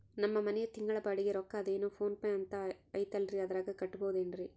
ನಮ್ಮ ಮನೆಯ ತಿಂಗಳ ಬಾಡಿಗೆ ರೊಕ್ಕ ಅದೇನೋ ಪೋನ್ ಪೇ ಅಂತಾ ಐತಲ್ರೇ ಅದರಾಗ ಕಟ್ಟಬಹುದೇನ್ರಿ?